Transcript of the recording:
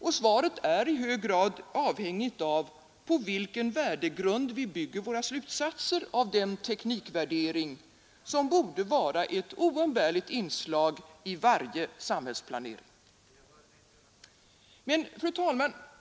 Och svaret är i hög grad avhängigt av, på vilken värdegrund vi bygger våra slutsatser av den teknikvärdering, som borde vara ett oumbärligt inslag i varje samhällsplanering.